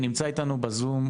נמצא איתנו בזום,